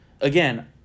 Again